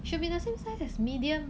should be the same size as medium